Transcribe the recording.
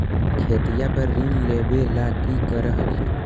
खेतिया पर ऋण लेबे ला की कर हखिन?